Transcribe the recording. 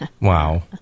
Wow